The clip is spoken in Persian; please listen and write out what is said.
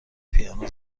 پیانو